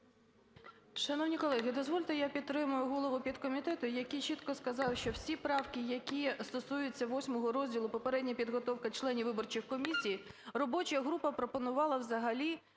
Шановні колеги! Дозвольте, я підтримаю голову підкомітету, який чітко сказав, що всі правки, які стосуються VIII розділу "Попередня підготовка членів виборчих комісій", робоча група пропонувала взагалі